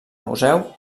museu